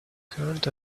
current